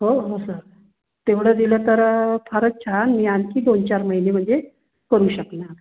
हो हो सर तेवढं दिलं तर फारच छान मी आणखी दोन चार महिने म्हणजे करू शकणार